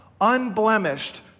unblemished